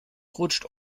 rutscht